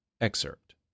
Excerpt